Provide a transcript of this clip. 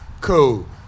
cool